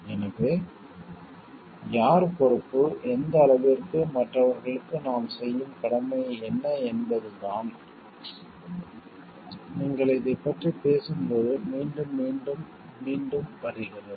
எனவே யார் பொறுப்பு எந்த அளவிற்கு மற்றவர்களுக்கு நாம் செய்யும் கடமை என்ன என்பதுதான் நீங்கள் இதைப் பற்றிப் பேசும்போது மீண்டும் மீண்டும் மீண்டும் மீண்டும் வருகிறது